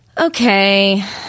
Okay